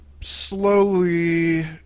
slowly